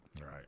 Right